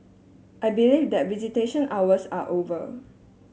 I believe that visitation hours are over